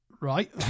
right